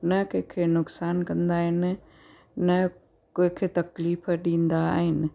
न कंहिंखे नुकसानु कंदा आहिनि न कंहिंखे तकलीफ़ ॾींदा आहिनि